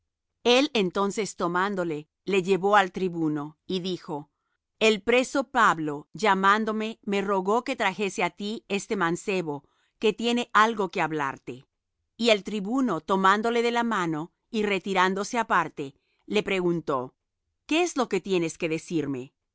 el entonces tomándole le llevó al tribuno y dijo el preso pablo llamándome me rogó que trajese á ti este mancebo que tiene algo que hablarte y el tribuno tomándole de la mano y retirándose aparte le preguntó qué es lo que tienes que decirme